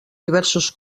diversos